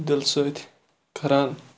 دِل سۭتۍ کَران